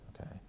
okay